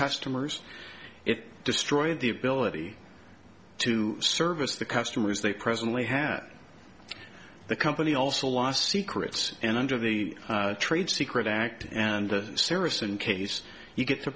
customers it destroyed the ability to service the customers they presently have the company also lost secrets and under the trade secret act and serious in case you get to